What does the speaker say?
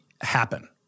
happen